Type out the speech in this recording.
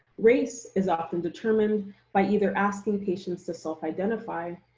race is often determined by either asking patients to self-identify,